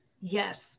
Yes